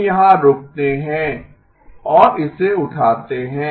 हम यहां रुकते हैं और इसे उठाते हैं